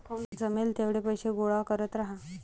जमेल तेवढे पैसे गोळा करत राहा